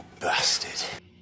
bastard